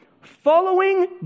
Following